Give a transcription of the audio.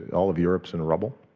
all of europe is in rubble.